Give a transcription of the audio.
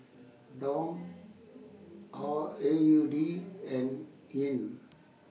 Dong A U D and Yuan